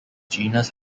genus